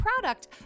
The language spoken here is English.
product